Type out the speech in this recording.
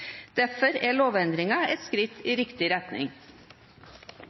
Derfor er lovendringen et skritt i riktig retning.